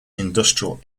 industrial